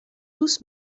tous